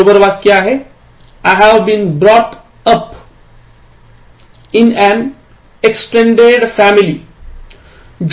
बरोबर वाक्य आहे I've been brought up extended family